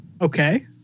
Okay